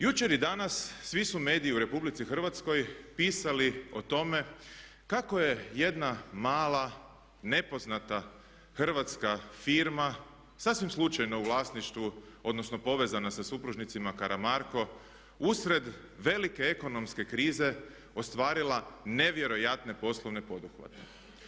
Jučer i danas svi su mediji u RH pisali o tome kako je jedna mala nepoznata hrvatska firma sasvim slučajno u vlasništvu odnosno povezana sa supružnicima Karamarko usred velike ekonomske krize ostvarila nevjerojatne poslovne poduhvate.